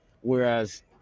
whereas